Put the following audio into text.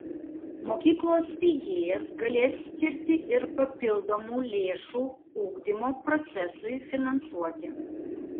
mokyklos steigėjas galės skirti ir papildomų lėšų ugdymo procesui finansuoti